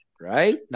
right